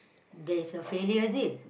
there's a failure ahead